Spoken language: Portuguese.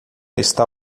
está